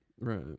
right